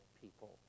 people